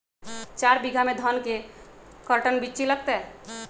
चार बीघा में धन के कर्टन बिच्ची लगतै?